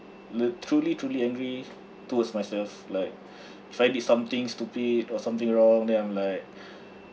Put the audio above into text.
the truly truly angry towards myself like if I did something stupid or something wrong then I'm like